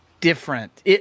different